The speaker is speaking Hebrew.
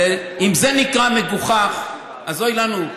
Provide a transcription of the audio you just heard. אם זה נקרא מגוחך אז אוי לנו.